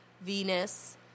Venus